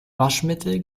waschmittel